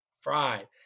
fried